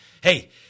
Hey